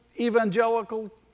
Evangelical